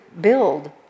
build